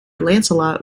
lancelot